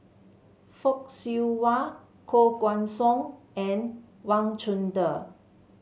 Fock Siew Wah Koh Guan Song and Wang Chunde